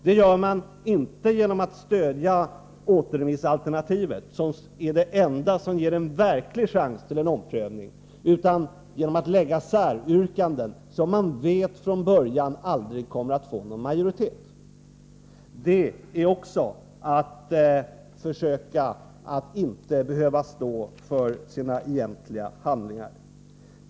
Det gör de emellertid inte genom att stödja återremissalternativet, som är det enda som ger en verklig chans till en omprövning, utan genom att ställa säryrkanden, som man från början vet aldrig kommer att få någon majoritet. Också det är ett försök att inte behöva stå för sina egentliga handlingar.